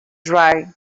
dry